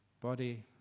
Body